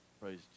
praise